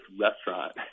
restaurant